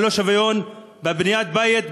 אבל לא שוויון בבניית בית,